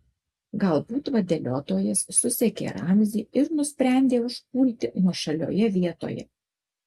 galbūt vadeliotojas susekė ramzį ir nusprendė užpulti nuošalioje vietoje